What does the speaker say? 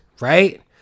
right